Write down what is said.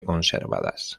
conservadas